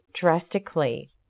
drastically